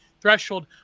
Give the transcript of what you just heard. threshold